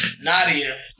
Nadia